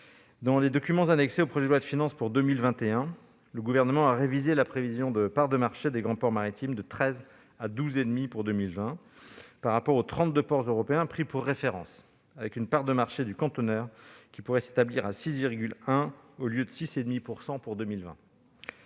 Dans les documents annexés au projet de loi de finances pour 2021, le Gouvernement a révisé la prévision de part de marché des grands ports maritimes de 13 % à 12,5 % pour 2020, par rapport aux trente-deux ports européens pris pour référence, avec une part de marché de la filière des conteneurs qui pourrait s'établir à 6,1 % au lieu de 6,5 % pour 2020.